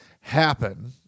happen